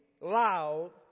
loud